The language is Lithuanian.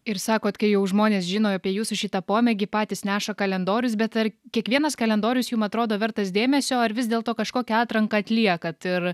ir sakot kai jau žmonės žino apie jūsų šitą pomėgį patys neša kalendorius bet ar kiekvienas kalendorius jum atrodo vertas dėmesio ar vis dėlto kažkokią atranką atliekat ir